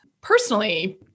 personally